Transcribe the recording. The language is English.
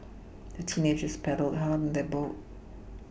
the teenagers paddled hard on their boat